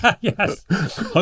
Yes